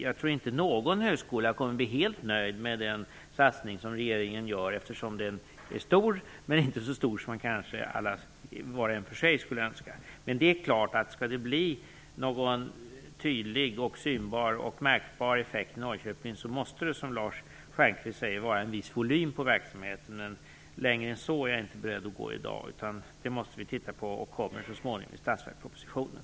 Jag tror inte någon högskola kommer att bli helt nöjd med regeringens satsning, eftersom den - trots att den är stor - inte är så stor som alla var och en för sig skulle önska. Men om det skall blir någon tydlig och märkbar effekt i Norrköping måste det, som Lars Stjernkvist säger, vara en viss volym på verksamheten. Längre än så är jag inte beredd att gå i dag. Det måste vi titta närmare på och vi återkommer i statsverkspropositionen.